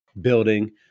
building